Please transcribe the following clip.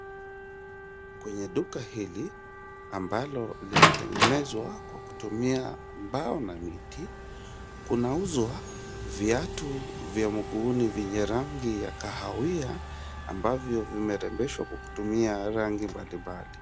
Kwenye duka hili ambalo limetengenezwa kwa kutumia mbao na miti, kunauzwa viatu vya mguuni vyenye rangi ya kahawiya, ambavyoo vimerembeshwa kwa kutumia rangi mbalimbali.